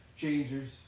changers